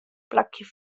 plakje